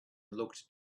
looked